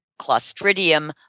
clostridium